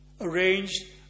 arranged